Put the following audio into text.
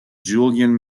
julian